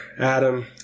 Adam